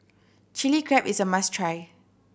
Chilli Crab is a must try